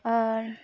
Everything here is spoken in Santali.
ᱟᱨ